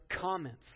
comments